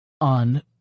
on